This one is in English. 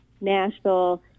Nashville